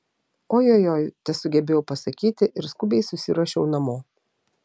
ojojoi tesugebėjau pasakyti ir skubiai susiruošiau namo